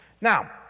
Now